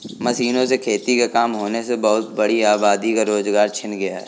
मशीनों से खेती का काम होने से बहुत बड़ी आबादी का रोजगार छिन गया है